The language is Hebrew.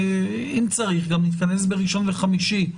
אם צריך נתכנס גם בראשון וחמישי,